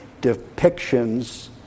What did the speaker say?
depictions